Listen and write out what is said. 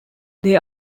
they